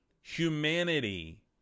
Humanity